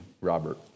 Robert